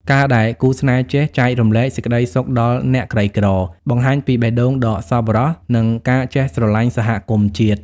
ការដែលគូស្នេហ៍ចេះ "ចែករំលែកសេចក្ដីសុខដល់អ្នកក្រីក្រ" បង្ហាញពីបេះដូងដ៏សប្បុរស និងការចេះស្រឡាញ់សហគមន៍ជាតិ។